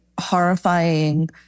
horrifying